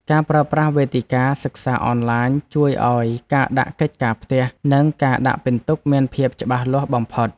ការប្រើប្រាស់វេទិកាសិក្សាអនឡាញជួយឱ្យការដាក់កិច្ចការផ្ទះ និងការដាក់ពិន្ទុមានភាពច្បាស់លាស់បំផុត។